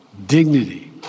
dignity